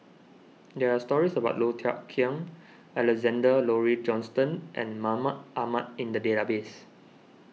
there are stories about Low Thia Khiang Alexander Laurie Johnston and Mahmud Ahmad in the database